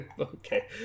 Okay